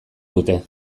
dute